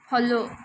follow